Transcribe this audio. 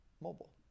mobile